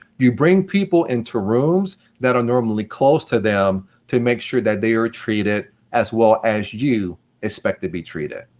you bring people into rooms that are normally closed to them to make sure that they are treated as well as you expect to be treated.